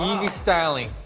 styling.